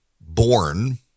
born